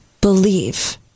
Believe